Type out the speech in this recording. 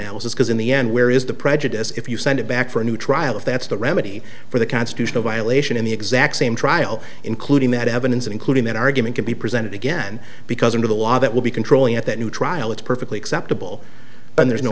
because in the end where is the prejudice if you send it back for a new trial if that's the remedy for the constitutional violation in the exact same trial including that evidence including that argument could be presented again because under the law that will be controlling at that new trial it's perfectly acceptable and there's no